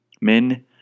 Men